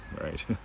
Right